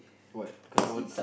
what cause I wanna